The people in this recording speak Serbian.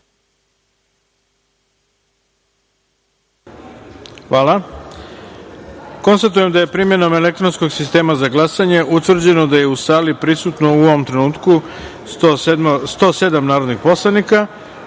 Hvala. Konstatujem da je primenom elektronskog sistema za glasanje utvrđeno da je u sali prisutno, u ovom trenutku, 107 narodnih poslanika,